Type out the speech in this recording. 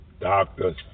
doctors